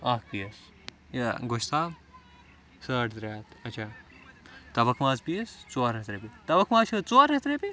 اکھ پیٖس یہِ گۄشتاب ساڈ ترٛےٚ ہَتھ اچھا تَبَکھ ماز پیٖس ژور ہَتھ رۄپیہِ تَبَکھ ماز چھُ حٕظ ژور ہَتھ رۄپیہِ